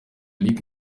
lick